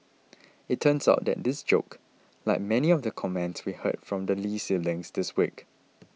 it turns out that this joke like many of the comments we heard from the Lee siblings this week